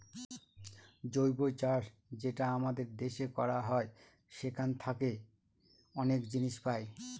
জৈব চাষ যেটা আমাদের দেশে করা হয় সেখান থাকে অনেক জিনিস পাই